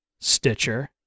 Stitcher